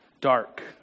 Dark